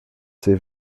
ces